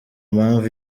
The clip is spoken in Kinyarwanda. mpamvu